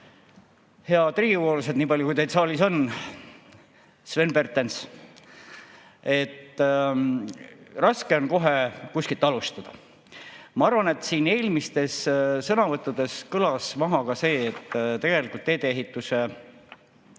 Head riigikogulased, nii palju kui teid saalis on! Sven Pertens! Raske on kohe kuskilt alustada. Ma arvan, et eelmistes sõnavõttudes kõlas ka see, et tegelikult tee-ehituse